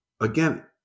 again